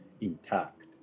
intact